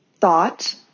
thought